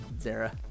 Zara